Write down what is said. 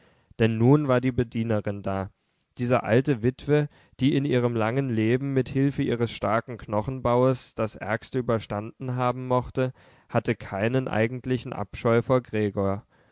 denn nun war die bedienerin da diese alte witwe die in ihrem langen leben mit hilfe ihres starken knochenbaues das ärgste überstanden haben mochte hatte keinen eigentlichen abscheu vor gregor